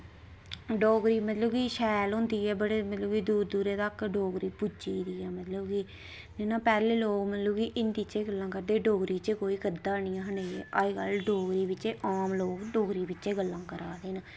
डोगरी मतलब कि शैल होंदी एह् बड़े मतलब कि दूरे दूरे तक डोगरी पुज्जी दी ऐ मतलब कि ना पैह्ले लोक मतलब कि हिंदी च गै गल्लां करदे हे डोगरी च कोई करदा नि हा नेईं अज्जकल डोगरी बिच आम लोग डोगरी बिच गल्लां करा दे न